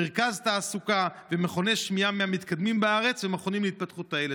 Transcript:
מרכז תעסוקה ומכוני שמיעה מהמתקדמים בארץ ומכונים להתפתחות הילד.